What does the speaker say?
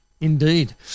indeed